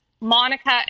Monica